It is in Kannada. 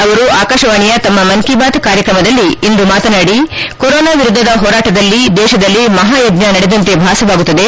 ಅವರು ಆಕಾಶವಾಣಿಯ ತಮ್ಮ ಮನ್ ಕೀ ಬಾತ್ ಕಾರ್ಯತ್ರಮದಲ್ಲಿ ಇಂದು ಮಾತನಾಡಿ ಕೊರೋನಾ ವಿರುಧ್ಧದ ಹೋರಾಟದಲ್ಲಿ ದೇಶದಲ್ಲಿ ಮಹಾಯಜ್ಞಾ ನಡೆದಂತೆ ಭಾಸವಾಗುತ್ತದೆ